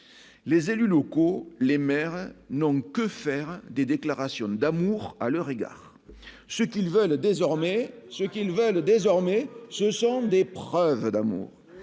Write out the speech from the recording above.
les élus locaux, les maires n'ont que faire des déclarations d'amour à leur égard, ce qu'ils veulent désormais ce qui valent